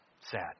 Sad